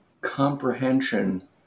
comprehension